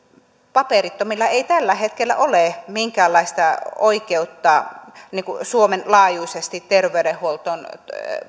paperittomilla ei tällä hetkellä ole minkäänlaista oikeutta suomen laajuiseen terveydenhuoltoon